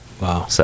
Wow